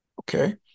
Okay